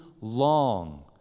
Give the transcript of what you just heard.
long